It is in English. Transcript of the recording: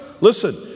listen